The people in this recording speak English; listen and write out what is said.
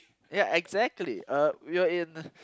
yeah exactly uh we're in